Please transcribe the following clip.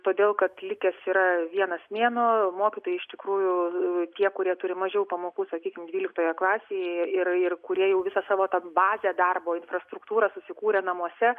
todėl kad likęs yra vienas mėnuo mokytojai iš tikrųjų tie kurie turi mažiau pamokų sakykim dvyliktoje klasėje ir ir kurie jau visą savo tą bazę darbo infrastruktūrą susikūrė namuose